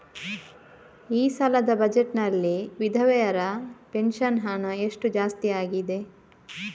ಈ ಸಲದ ಬಜೆಟ್ ನಲ್ಲಿ ವಿಧವೆರ ಪೆನ್ಷನ್ ಹಣ ಎಷ್ಟು ಜಾಸ್ತಿ ಆಗಿದೆ?